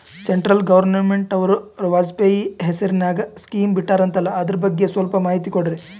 Central ಗವರ್ನಮೆಂಟನವರು ವಾಜಪೇಯಿ ಹೇಸಿರಿನಾಗ್ಯಾ scheme ಬಿಟ್ಟಾರಂತಲ್ಲ ಅದರ ಬಗ್ಗೆ ಸ್ವಲ್ಪ ಮಾಹಿತಿ ಕೊಡ್ರಿ?